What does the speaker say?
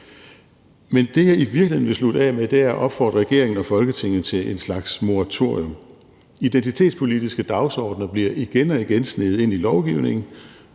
Men det, jeg i virkeligheden vil slutte af med, er at opfordre regeringen og Folketinget til en slags moratorium. Identitetspolitiske dagsordener bliver igen og igen sneget ind i lovgivningen,